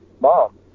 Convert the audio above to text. mom